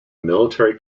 military